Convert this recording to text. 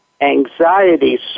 anxiety